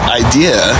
idea